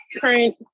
current